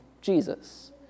Jesus